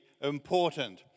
important